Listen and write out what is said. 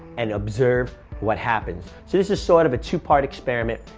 and observe what happens. so this is sort of a two part experiment.